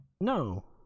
No